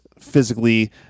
physically